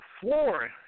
floor